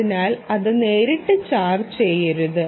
അതിനാൽ അത് നേരിട്ട് ചാർജ് ചെയ്യരുത്